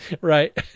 right